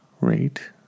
rate